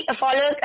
follow